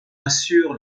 assure